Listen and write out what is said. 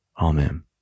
Amen